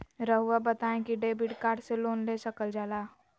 रहुआ बताइं कि डेबिट कार्ड से लोन ले सकल जाला?